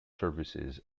services